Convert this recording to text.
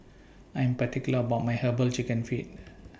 I Am particular about My Herbal Chicken Feet